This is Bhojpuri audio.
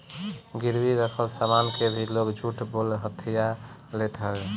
गिरवी रखल सामान के भी लोग झूठ बोल के हथिया लेत हवे